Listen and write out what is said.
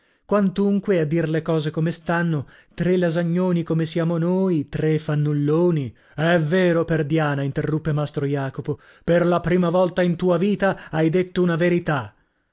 quantunque a dir le cose come stanno tre lasagnoni come siamo noi tra fannulloni è vero perdiana interruppe mastro jacopo per la prima volta in tua vita hai detto una verità